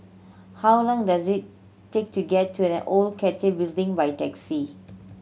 how long does it take to get to an Old Cathay Building by taxi